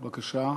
בבקשה.